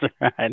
right